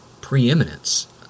preeminence